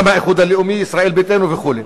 גם האיחוד הלאומי, ישראל ביתנו וכו'.